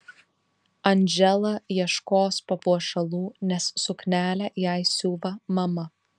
andžela ieškos papuošalų nes suknelę jai siuva mama